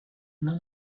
none